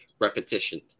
repetition